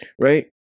Right